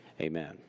Amen